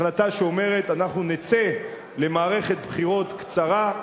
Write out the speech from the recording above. החלטה שאומרת: אנחנו נצא למערכת בחירות קצרה,